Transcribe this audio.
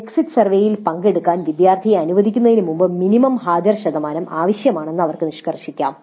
exit സർവേയിൽ പങ്കെടുക്കാൻ വിദ്യാർത്ഥിയെ അനുവദിക്കുന്നതിന് മുമ്പ് മിനിമം ഹാജർ ശതമാനം ആവശ്യമാണെന്ന് അവർക്ക് നിഷ്കർഷിക്കാം